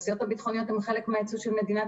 התעשיות הביטחוניות הן חלק מהייצוא של מדינת